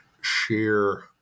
share